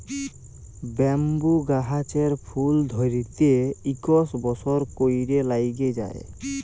bamboo গাহাচের ফুল ধ্যইরতে ইকশ বসর ক্যইরে ল্যাইগে যায়